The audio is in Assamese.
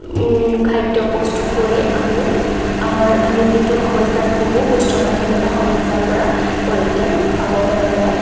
খাদ্য প্ৰস্তুত কৰি আমি আমাৰ আমি যিটো সমস্যাত ভোগোঁ কৌষ্ঠকাঠিন্যতা সমস্যাৰ পৰা পৰিত্ৰাণ পাব পৰা যায়